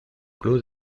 club